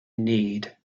need